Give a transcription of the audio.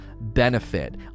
benefit